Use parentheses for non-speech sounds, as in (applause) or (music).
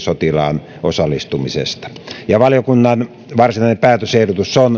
(unintelligible) sotilaan osallistumisesta valiokunnan varsinainen päätösehdotus eduskunnalle on että eduskunnalla ei ole